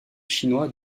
chinois